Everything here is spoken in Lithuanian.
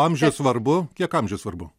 amžius svarbu kiek amžius svarbu